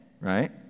right